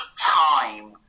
time